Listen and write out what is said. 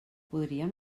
podríem